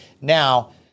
Now